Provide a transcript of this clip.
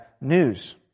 news